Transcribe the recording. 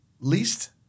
least